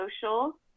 social